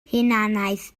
hunaniaeth